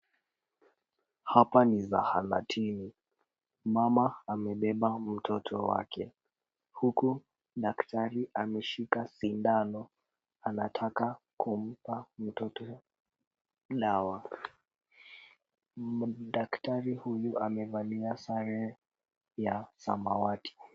Hapa ni zahanatini. Mama amebeba mtoto wake huku daktari ameshika sindano anataka kumpa mtoto dawa. Daktari huyu amevalia sare ya samawati.